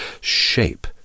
shape